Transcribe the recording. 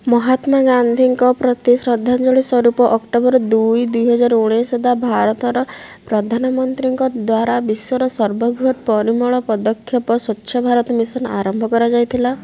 ମହାତ୍ମା ଗାନ୍ଧୀଙ୍କ ପ୍ରତି ଶ୍ରଦ୍ଧାଞ୍ଜଳି ସ୍ୱରୂପ ଅକ୍ଟୋବର ଦୁଇ ଦୁଇହଜାର ଉଣେଇଶ ଭାରତର ପ୍ରଧାନମନ୍ତ୍ରୀଙ୍କ ଦ୍ୱାରା ବିଶ୍ୱର ସର୍ବବୃହତ୍ ପରିମଳ ପଦକ୍ଷେପ ସ୍ୱଚ୍ଛ ଭାରତ ମିଶନ ଆରମ୍ଭ କରାଯାଇଥିଲା